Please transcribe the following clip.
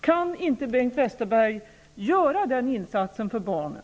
Kan inte Bengt Westerberg göra den insatsen för barnen?